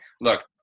look